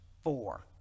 four